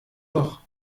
doch